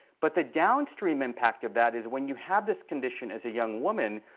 but the downstream impact of that is when you have this condition as a young woman,